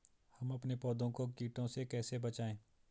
हम अपने पौधों को कीटों से कैसे बचाएं?